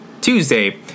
Tuesday